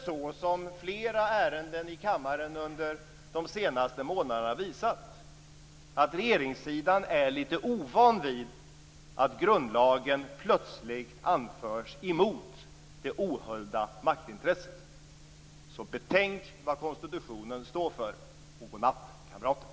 Som flera ärenden här i kammaren under de senaste månaderna har visat är regeringssidan lite ovan vid att grundlagen plötsligt anförs emot det ohöljda maktintresset. Så betänk vad konstitutionen står för och godnatt, kamrater!